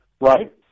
Right